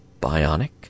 bionic